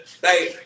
Hey